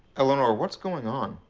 eleanor, what's going on?